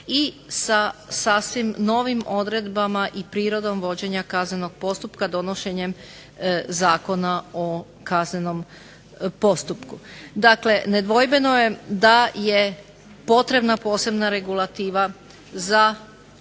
i sa sasvim novim odredbama i prirodom vođenja kaznenog postupka donošenjem Zakona o kaznenom postupku. Dakle, nedvojbeno je da je potrebna posebna regulativa za